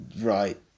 right